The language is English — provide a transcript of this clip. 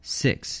six